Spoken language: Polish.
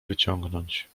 wyciągnąć